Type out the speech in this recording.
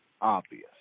obvious